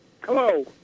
Hello